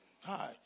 Hi